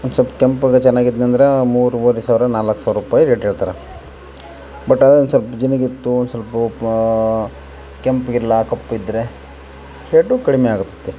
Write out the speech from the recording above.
ಒನ್ಸೊಲ್ಪ ಕೆಂಪಗೆ ಚೆನ್ನಾಗ್ ಇತ್ ಅಂದ್ರೆ ಮೂರುವರೆ ಸಾವಿರ ನಾಲ್ಕು ಸಾವ್ರ ರುಪಾಯಿ ರೇಟ್ ಹೇಳ್ತಾರೆ ಬಟ್ ಅದೊಂದು ಸ್ವಲ್ಪ್ ಚೆನ್ನಾಗಿತ್ತು ಸ್ವಲ್ಪಾ ಕೆಂಪ್ಗೆ ಇಲ್ಲ ಕಪ್ಪು ಇದ್ರೆ ರೇಟು ಕಡಿಮೆ ಆಗತದೆ